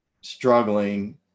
struggling